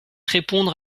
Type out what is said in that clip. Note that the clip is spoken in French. répondre